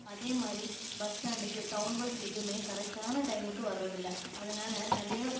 அதே மாதிரி பஸ் ஸ்டாண்டுக்கு டவுன் பஸ் எதுவுமே கரெக்டான டைமுக்கு வர்றதில்லை அதனால நிறையா